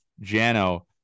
Jano